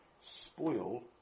spoil